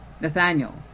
Nathaniel